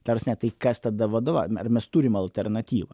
ta prasme tai kas tada vadovau ar mes turim alternatyvą